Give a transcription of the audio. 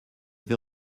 vais